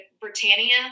Britannia